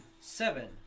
Seven